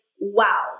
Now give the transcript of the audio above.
wow